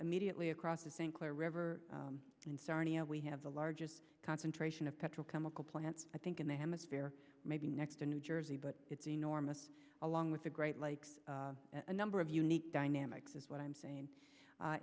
immediately across the st clair river in sarnia we have the largest concentration of petrochemical plants i think in the hemisphere maybe next to new jersey but it's enormous along with the great lakes a number of unique dynamics is what i'm saying